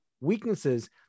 weaknesses